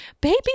baby